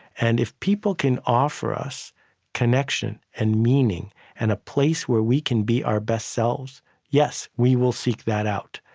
and if people can offer us connection and meaning and a place where we can be our best selves yes, we will seek that out.